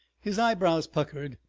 his eyebrows puckered.